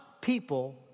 people